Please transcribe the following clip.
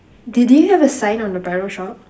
do do you have a sign on the bridal shop